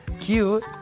Cute